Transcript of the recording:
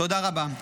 תודה רבה.